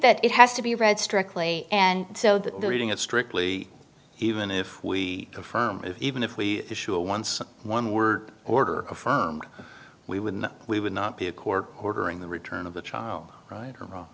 that it has to be read strictly and so that the reading it strictly even if we affirm it even if we issue a once one word order affirm we would and we would not be a court ordering the return of the child right or wrong